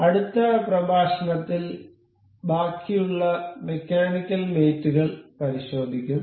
അടുത്ത പ്രഭാഷണത്തിൽ ബാക്കിയുള്ള മെക്കാനിക്കൽ മേറ്റ് കൾ പരിശോധിക്കും